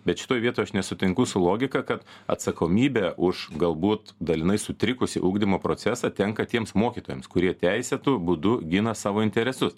bet šitoj vietoj aš nesutinku su logika kad atsakomybė už galbūt dalinai sutrikusį ugdymo procesą tenka tiems mokytojams kurie teisėtu būdu gina savo interesus